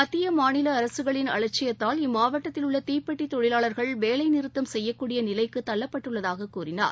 மத்திய மாநில அரசுகளின் அலட்சியத்தால் இம்மாவட்டத்தில் உள்ள தீப்பெட்டி தொழிலாளர்கள் வேலை நிறுத்தம் செய்யக்கூடிய நிலைக்கு தள்ளப்பட்டுள்ளதாக கூறினார்